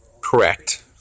Correct